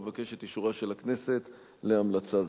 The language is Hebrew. אבקש את אישורה של הכנסת להמלצה זו.